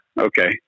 Okay